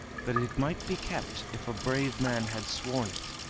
but it might be kept if a brave man had sworn it.